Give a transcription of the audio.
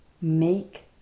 make